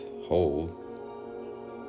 hold